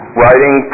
writing